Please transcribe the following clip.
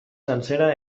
sencera